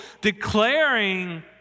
declaring